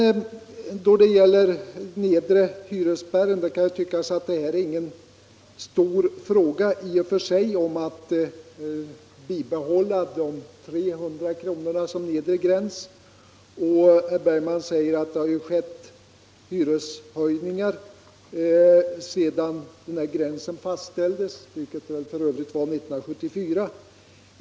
När det gäller den nedre hyresgränsen kan det tyckas att det inte är någon stor fråga i och för sig om vi skall bibehålla 300 kr. som nedre gräns. Herr Bergman säger att det har ju skett hyreshöjningar sedan den här gränsen fastställdes. Det var f. ö. 1974.